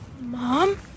Mom